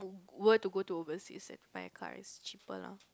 were to go to overseas and buy a car right it's cheaper lah